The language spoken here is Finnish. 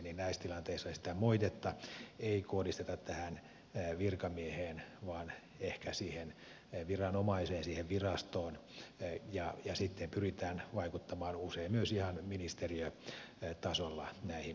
näissä tilanteissa sitä moitetta ei kohdisteta tähän virkamieheen vaan ehkä siihen viranomaiseen siihen virastoon ja sitten pyritään vaikuttamaan usein myös ihan ministeriötasolla näihin voimavaroihin